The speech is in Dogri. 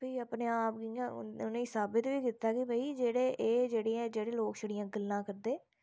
फ्ही अपने आप गी इयां उनेंगी साबित बी कीता कि भाई जेहडे़ एह् जेहडि़यां लोक छड़ियां गल्लां करदे